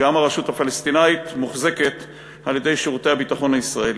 גם הרשות הפלסטינית מוחזקת על-ידי שירותי הביטחון הישראליים.